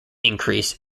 increase